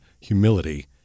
humility